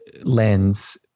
lens